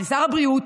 לשר הבריאות,